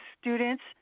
students